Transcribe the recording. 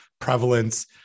prevalence